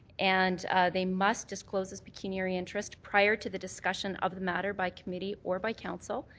and they must disclose this pecuniary interest prior to the discussion of the matter by committee or by council.